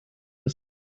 ist